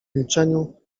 milczeniu